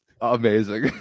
Amazing